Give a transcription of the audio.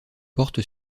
porte